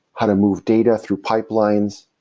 how to move data through pipelines,